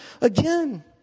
again